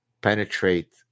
penetrate